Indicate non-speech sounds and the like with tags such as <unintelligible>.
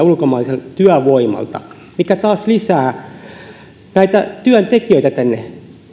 <unintelligible> ulkomaiselta työvoimalta mikä taas lisää näitä työntekijöitä tänne